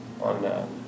on